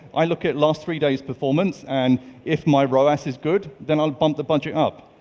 i look at last three days performance and if my roas is good, then i'll bump the budget up,